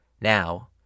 Now